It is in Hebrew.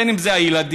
אם זה הילדים,